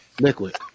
Liquid